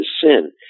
sin